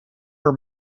her